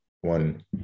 one